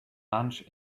lunch